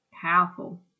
Powerful